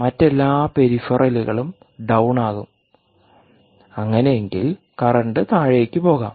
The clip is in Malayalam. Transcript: മറ്റെല്ലാ പെരിഫെറലുകളും ഡൌൺ ആകും അങ്ങനെ എങ്കിൽ കറന്റ് താഴേക്ക് പോകാം